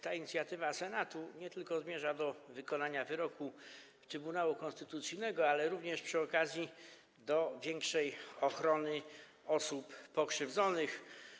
Ta inicjatywa Senatu zmierza nie tylko do wykonania wyroku Trybunału Konstytucyjnego, ale również przy okazji do większej ochrony osób pokrzywdzonych.